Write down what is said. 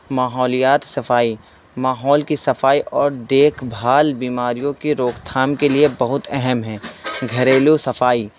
ماحولیات صفائی ماحول کی صفائی اور دیکھ بھال بیماریوں کی روک تھام کے لیے بہت اہم ہیں گھریلو صفائی